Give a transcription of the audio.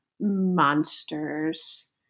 monsters